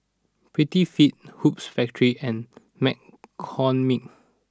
Prettyfit Hoops Factory and McCormick